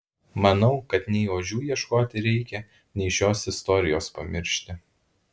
manau kad nei ožių ieškoti reikia nei šios istorijos pamiršti